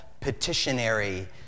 petitionary